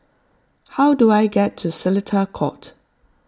how do I get to Seletar Court